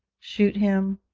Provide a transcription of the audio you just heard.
shoot him.